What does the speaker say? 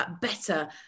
Better